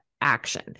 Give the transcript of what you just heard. action